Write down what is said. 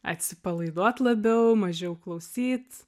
atsipalaiduot labiau mažiau klausyt